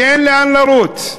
כי אין לאן לרוץ.